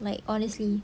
like honestly